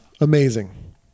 Amazing